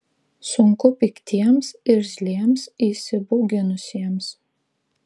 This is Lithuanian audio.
sunku piktiems irzliems įsibauginusiems